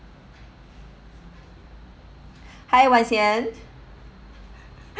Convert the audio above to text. hi wai sien